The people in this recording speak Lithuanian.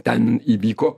ten įvyko